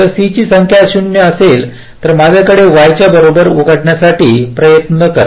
जर C ची संख्या 0 असेल तर माझ्याकडे Y च्या बरोबर उघडण्यासाठी प्रयत्न्न करा